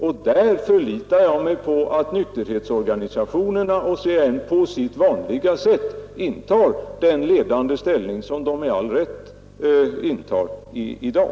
Jag förlitar mig på att nykterhetsorganisationerna och CAN också i detta sammanhang intar den ledande ställning som de med all rätt har i dag.